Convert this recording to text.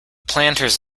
planters